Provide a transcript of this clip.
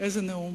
איזה נאום.